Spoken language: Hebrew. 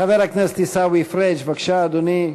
חבר הכנסת עיסאווי פריג' בבקשה, אדוני.